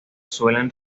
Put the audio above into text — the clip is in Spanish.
suelen